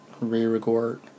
re-record